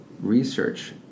research